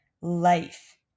life